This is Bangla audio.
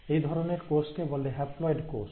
এই ধরনের কোষকে বলে হ্যাপ্লয়েড কোষ